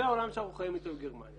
זה העולם שאנחנו חיים איתו עם גרמניה.